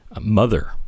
Mother